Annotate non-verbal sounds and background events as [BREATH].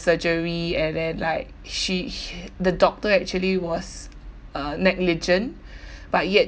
surgery and then like she h~ the doctor actually was uh negligent [BREATH] but yet